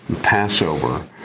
Passover